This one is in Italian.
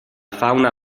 fauna